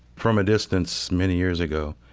from a distance, many years ago,